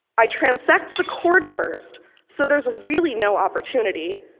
i transect the cord first so there's really no opportunity,